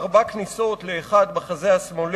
ארבע כניסות של כדורים לאחד מהם בחזה השמאלי,